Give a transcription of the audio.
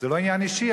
זה לא עניין אישי.